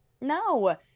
No